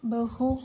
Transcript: बहु